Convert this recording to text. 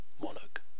monarch